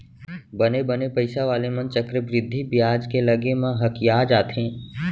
बने बने पइसा वाले मन चक्रबृद्धि बियाज के लगे म हकिया जाथें